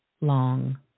long